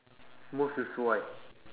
most useful why